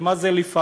ומה זה לפרק?